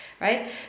Right